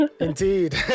indeed